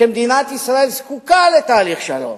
שמדינת ישראל זקוקה לתהליך שלום.